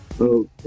Okay